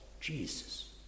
Jesus